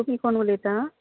तुमी कोण उलयता